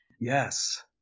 Yes